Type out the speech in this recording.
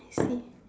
I see